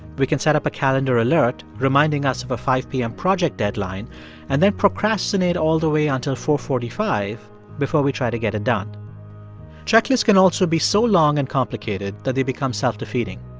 we can set up a calendar alert reminding us of a five p m. project deadline and then procrastinate all the way until four forty five before we try to get it done checklists can also be so long and complicated that they become self-defeating.